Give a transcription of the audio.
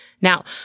Now